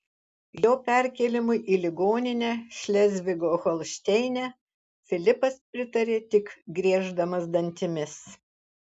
jo perkėlimui į ligoninę šlezvigo holšteine filipas pritarė tik grieždamas dantimis